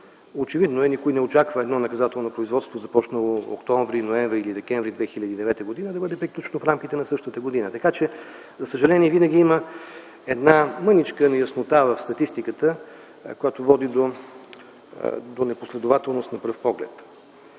Очевидно е, никой не очаква едно наказателно производство, започнало през м. октомври, ноември или декември 2009 г., да бъде приключено в рамките на същата година. Така че, за съжаление, винаги има една мъничка неяснота в статистиката, която води до непоследователност на пръв поглед.